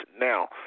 Now